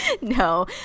no